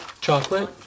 chocolate